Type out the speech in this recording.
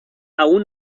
aún